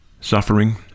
suffering